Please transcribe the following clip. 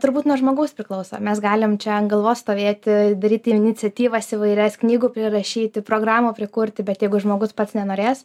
turbūt nuo žmogaus priklauso mes galim čia ant galvos stovėti daryti iniciatyvas įvairias knygų prirašyti programų prikurti bet jeigu žmogus pats nenorės